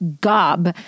gob